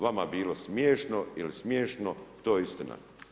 Vama bilo smiješno ili smiješno to je istina.